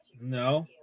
No